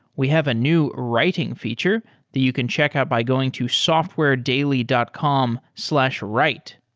we have a new writing feature that you can check out by going to softwaredaily dot com slash write.